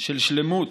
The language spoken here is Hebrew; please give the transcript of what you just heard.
של שלמות,